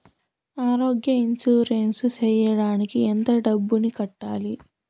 ఆరోగ్య ఇన్సూరెన్సు సేయడానికి ఎంత డబ్బుని కట్టాలి?